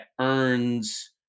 earns